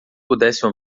pudessem